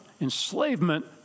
enslavement